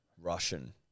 Russian